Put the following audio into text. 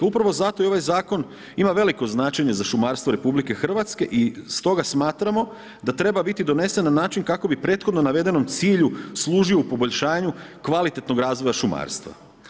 Upravo zato ovaj zakon ima veliko značenje za šumarstvo RH i stoga smatramo da treba biti donesen na način kako bi prethodno navedenom cilju služio u poboljšanju kvalitetnog razvoja šumarstva.